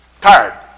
Tired